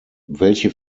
welche